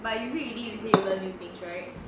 but you read already you said you learn new things right